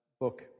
book